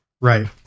Right